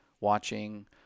watching